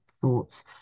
thoughts